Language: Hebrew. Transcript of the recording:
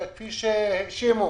כפי שהאשימו